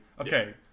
Okay